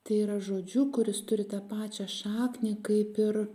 tai yra žodžiu kuris turi tą pačią šaknį kaip ir